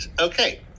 Okay